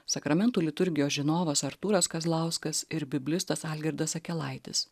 sakramentų liturgijos žinovas artūras kazlauskas ir biblistas algirdas akelaitis